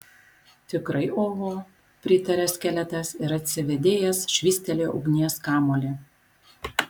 tikrai oho pritarė skeletas ir atsivėdėjęs švystelėjo ugnies kamuolį